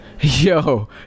Yo